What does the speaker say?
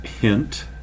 hint